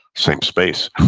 same space